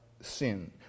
sin